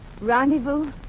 Rendezvous